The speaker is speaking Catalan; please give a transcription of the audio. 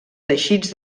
teixits